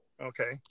Okay